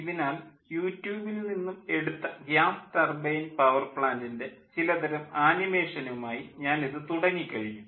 ഇതിനാൽ യൂറ്റ്യൂബിൽ നിന്നും എടുത്ത ഗ്യാസ് ടർബൈൻ പവർ പ്ലാൻ്റിൻ്റെ ചിലതരം ആനിമേഷനുമായി ഞാനിത് തുടങ്ങിക്കഴിഞ്ഞു